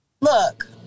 Look